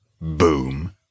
boom